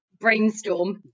brainstorm